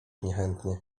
niechętnie